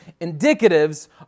Indicatives